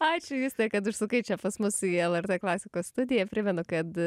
ačiū juste kad užsukai čia pas mus į lrt klasikos studiją primenu kad